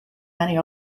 many